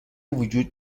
وجود